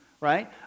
right